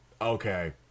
okay